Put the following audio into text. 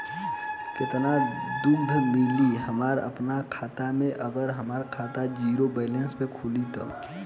केतना सूद मिली हमरा अपना खाता से अगर हमार खाता ज़ीरो बैलेंस से खुली तब?